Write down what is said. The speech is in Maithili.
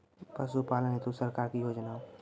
पशुपालन हेतु सरकार की योजना?